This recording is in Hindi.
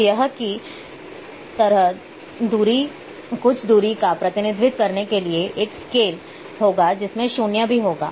तो यहाँ की तरह कुछ दूरी का प्रतिनिधित्व करने के लिए एक स्केल होगा जिसमें 0 भी होगा